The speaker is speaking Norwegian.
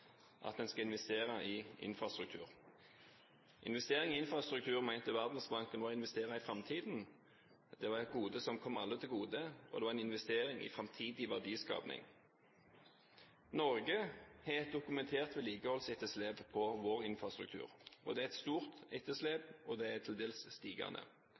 at en skal investere i infrastruktur. Investering i infrastruktur mente Verdensbanken var å investere i framtiden, det var et gode som kom alle til gode, og det var en investering i framtidig verdiskaping. Norge har et dokumentert vedlikeholdsetterslep på vår infrastruktur. Det er et stort etterslep, og det er til dels stigende.